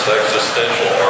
existential